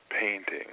painting